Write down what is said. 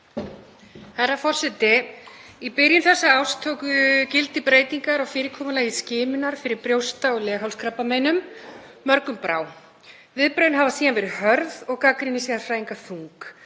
Herra forseti. Í byrjun þessa árs tóku gildi breytingar á fyrirkomulagi skimunar fyrir brjósta- og leghálskrabbameinum. Mörgum brá. Viðbrögðin hafa síðan verið hörð og gagnrýni sérfræðinga þung.